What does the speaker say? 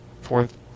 fourth